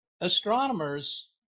astronomers